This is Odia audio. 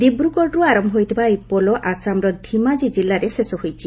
ଦିବ୍ରଗଡ଼ରୁ ଆରମ୍ଭ ହୋଇଥିବା ଏହି ପୋଲ ଆସାମର ଧିମାଜୀ ଜିଲ୍ଲାରେ ଶେଷ ହୋଇଛି